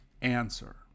answer